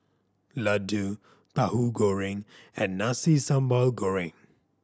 laddu Tahu Goreng and Nasi Sambal Goreng